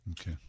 Okay